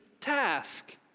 task